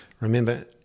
Remember